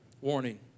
warning